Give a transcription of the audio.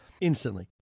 instantly